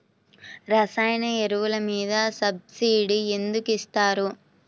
రసాయన ఎరువులు మీద సబ్సిడీ ఎందుకు ఇస్తారు?